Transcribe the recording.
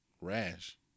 Rash